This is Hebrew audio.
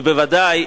בוודאי,